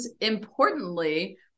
importantly